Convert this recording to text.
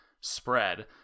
spread